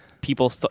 people